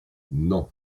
non